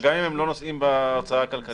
וגם אם הם לא נושאים בהוצאה הכלכלית